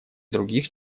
других